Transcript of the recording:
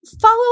follow